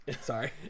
sorry